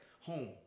home